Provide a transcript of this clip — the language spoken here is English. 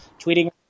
tweeting